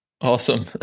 Awesome